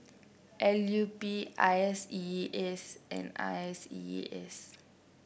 L U P I S E A S and I S E A S